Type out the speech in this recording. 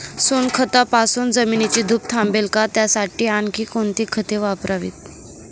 सोनखतापासून जमिनीची धूप थांबेल का? त्यासाठी आणखी कोणती खते वापरावीत?